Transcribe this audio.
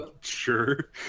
Sure